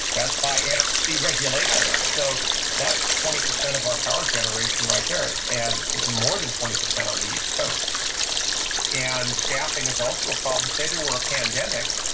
that's by and nrc regulations. so that's twenty percent of our power generation right there, and more than twenty percent on the east coast and staffing is also a problem, say there were a pandemic,